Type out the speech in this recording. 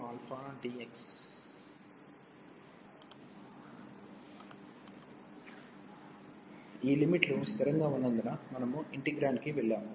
కాబట్టి ఈ ddαabfxαdx ఈ లిమిట్ లు స్థిరంగా ఉన్నందున మనము ఇంటిగ్రేండ్కు వెళ్తాము